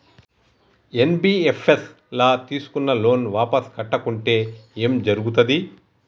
NBFS ల తీస్కున్న loan వాపస్ కట్టకుంటే ఏం జర్గుతది?